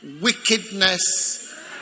wickedness